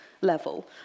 level